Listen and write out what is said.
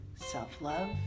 self-love